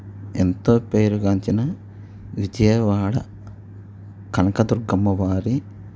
ఎంతో పేరుగాంచిన విజయవాడ కనకదుుర్గమ్మ వారి